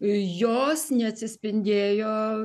jos neatsispindėjo